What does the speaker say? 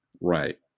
Right